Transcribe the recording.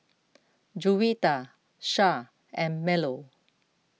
Juwita Syah and Melur